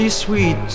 Sweet